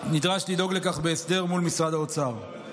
נדרש לדאוג לכך בהסדר מול משרד האוצר.